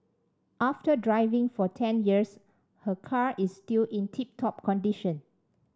after driving for ten years her car is still in tip top condition